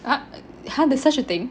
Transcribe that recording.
ah !huh! there's such a thing